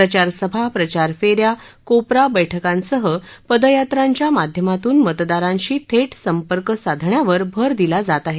प्रचार सभा प्रचार फेऱ्या कोपरा बैठकांसह पदयात्रांच्या माध्यमातून मतदारांशी थेट संपर्क साधण्यावर भर दिला जात आहे